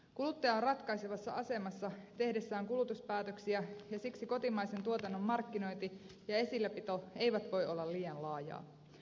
kuluttaja on ratkaisevassa asemassa tehdessään kulutuspäätöksiä ja siksi kotimaisen tuotannon markkinointi ja esilläpito ei voi olla liian laajaa